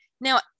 Now